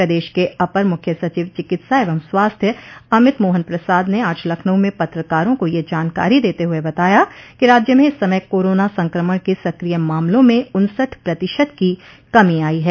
प्रदेश के अपर मुख्य सचिव चिकित्सा एवं स्वास्थ्य अमित मोहन प्रसाद ने आज लखनऊ में पत्रकारों को यह जानकारी देते हुए बताया कि राज्य में इस समय कोरोना संक्रमण के सकिय मामलों में उन्सठ प्रतिशत की कमी आई है